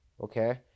okay